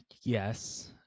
yes